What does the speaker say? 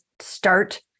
start